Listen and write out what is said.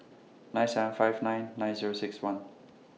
nine seven five nine nine Zero six one